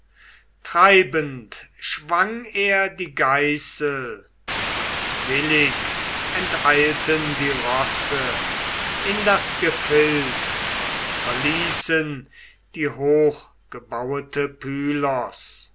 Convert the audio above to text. treibend schwang er die geißel und willig enteilten die rosse in das gefild und verließen die hochgebauete